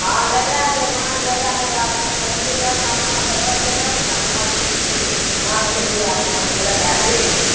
हँ लगाए देब भाँज लगाए देब आब कनि हेतै तब ने अपनासँ बचतै तब ने अहाँकेँ मन्सुरीके धानके बिआके भाँज लगाए देब